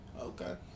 Okay